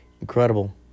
Incredible